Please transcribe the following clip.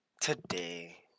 today